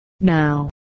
now